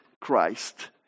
Christ